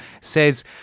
says